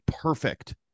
perfect